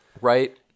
Right